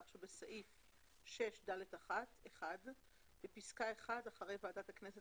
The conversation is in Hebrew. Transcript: כך שבסעיף 6(ד1) בפסקה (1) אחרי "עדת הכנסת